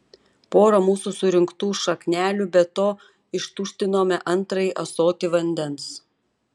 porą mūsų surinktų šaknelių be to ištuštinome antrąjį ąsotį vandens